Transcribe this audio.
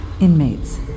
inmates